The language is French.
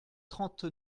trente